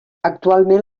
actualment